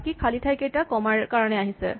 বাকী খালী ঠাই কেইটা কমা ৰ কাৰণে আহিছে